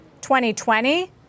2020